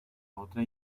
otra